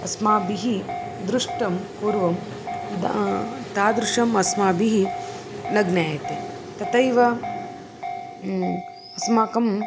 अस्माभिः दृष्टं पूर्वम् यदा तादृशम् अस्माभिः न ज्ञायते तथैव अस्माकं